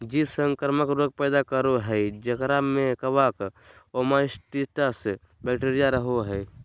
जीव संक्रामक रोग पैदा करो हइ जेकरा में कवक, ओमाइसीट्स, बैक्टीरिया रहो हइ